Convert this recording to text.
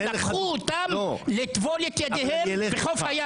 לקחו אותם לטבול את ידיהם בחוף הים.